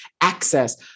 access